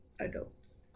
adults